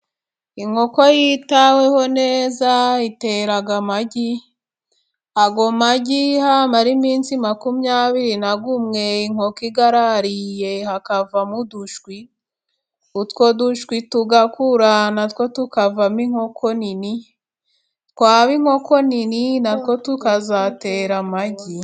Inkoko yitaweho neza itera amagi, ayo magi hamara iminsi makumyabiri n'umwe inkoko iyarariye hakavamo udushwi, utwo dushwi tugakura na two tukavamo inkoko nini. Twaba inkoko nini na two tukazatera amagi.